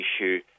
issue